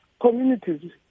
communities